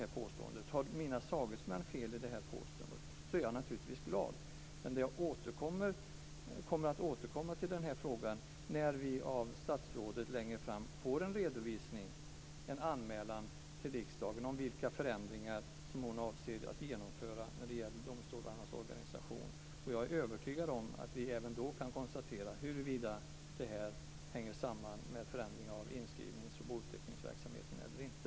Har mina sagesmän fel i det här påståendet är jag naturligtvis glad. Jag kommer att återkomma till denna fråga när vi av statsrådet längre fram får en redovisning, en anmälan till riksdagen om vilka förändringar som hon avser att genomföra när det gäller domstolarnas organisation. Jag är övertygad om att vi då kan konstatera huruvida det här hänger samman med förändringar i inskrivnings och bouppteckningsverksamheten eller inte.